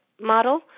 model